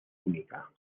única